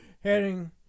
heading